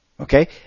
Okay